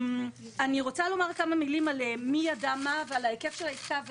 אני רוצה לומר כמה מילים על מי ידע מה ועל ההיקף של העסקה,